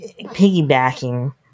piggybacking